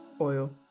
Oil